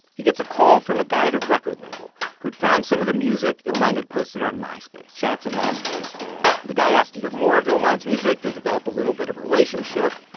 he gets a call from a guy at a record label, who had found some of the music illmind had posted on myspace shoutout to myspace, man the guy asked to hear more of illmind's music, they developed a little bit of a relationship.